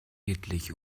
redlich